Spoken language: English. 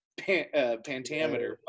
pantameter